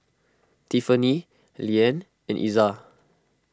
Tiffany Liane and Iza